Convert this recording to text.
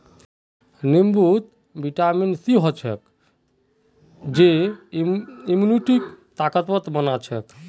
नींबूत vitamin C ह छेक जेको इम्यूनिटीक ताकतवर बना छेक